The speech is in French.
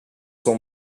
sont